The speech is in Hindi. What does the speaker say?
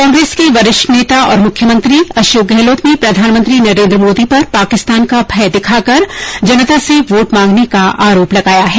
कांग्रेस के वरिष्ठ नेता और मुख्यमंत्री अशोक गहलोत ने प्रधानमंत्री नरेन्द्र मोदी पर पाकिस्तान का भय दिखाकर जनता से वोट मांगने का आरोप लगाया है